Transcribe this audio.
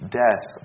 death